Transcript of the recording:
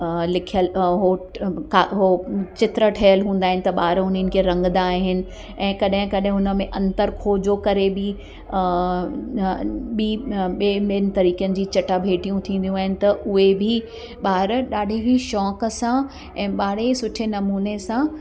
लिखयलु होट का उहो चित्र ठहियलु हूंदा आहिनि त ॿार उन्हनि खे रंगदा आहिनि ऐं कॾहिं कॾहिं हुन में अंतर खोजो करे बि ॿीं ॿियनि ॿियनि तरीक़नि जी चटाभेटियूं थींदियूं आहिनि त उहे बि ॿार ॾाढी ई शौक़ सां ऐं ॿार सुठे नमूने सां